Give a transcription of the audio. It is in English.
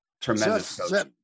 Tremendous